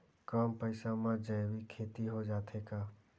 कम पईसा मा जैविक खेती हो जाथे का?